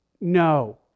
no